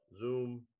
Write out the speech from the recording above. Zoom